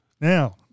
Now